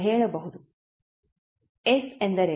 s ಎಂದರೇನು